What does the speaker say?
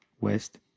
West